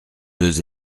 deux